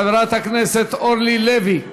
חברת הכנסת אורלי לוי,